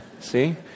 see